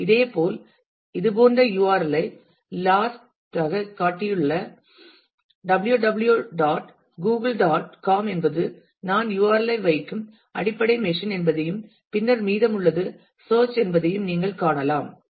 இதேபோல் இது போன்ற URL ஐ லாஸ்ட் எடுத்துக்காட்டில் www dot Google dot com என்பது நான் URL ஐ வைக்கும் அடிப்படை மெஷின் என்பதையும் பின்னர் மீதமுள்ளது சேர்ச் என்பதையும் நீங்கள் காணலாம்